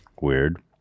Weird